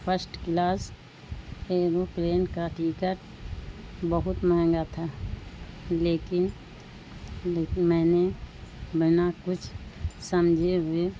first class aeroplane کا ticket بہت مہنگا تھا لیکن میں نے بنا کچھ سمجھے ہوئے